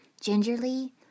Gingerly